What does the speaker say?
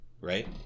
Right